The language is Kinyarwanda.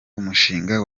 umushinga